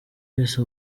wese